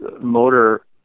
motor